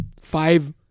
five